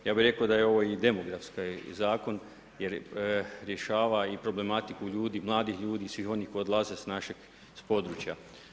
Ja bih rekao da je ovo i demografski zakon jer rješava i problematiku ljudi, mladih ljudi, svih onih koji odlaze s našeg područja.